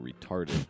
retarded